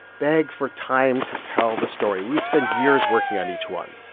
beg for time to tell the story. we'd spend years working on each one.